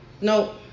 no